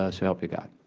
ah so help you god?